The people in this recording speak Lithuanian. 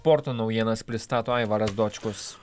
sporto naujienas pristato aivaras dočkus